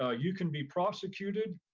ah you can be prosecuted,